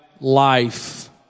life